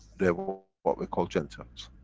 the what we call genitals.